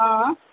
अँ